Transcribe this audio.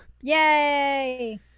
Yay